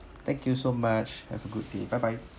thank you so much have a good day bye bye